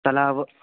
तलाव्